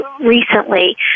recently